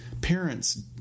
parents